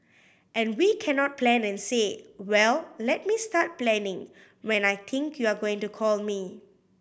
and we cannot plan and say well let me start planning when I think you are going to call me